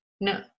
No